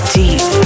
deep